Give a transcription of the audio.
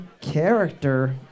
character